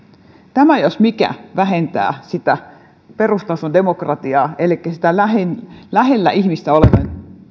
tämä jos mikä vähentää perustason demokratiaa elikkä lähellä ihmistä olevan